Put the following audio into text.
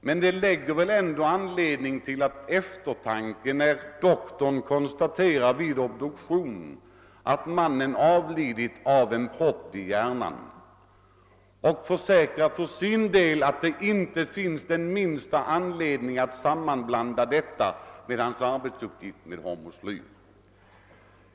Men det leder väl ändå till eftertanke när läkaren vid obduktionen konstaterade att mannen avlidit av en propp i hjärnan och försäkrade, att det inte fanns den minsta anledning att sammanbinda dödsfallet med hans arbetsuppgift med hormoslyr.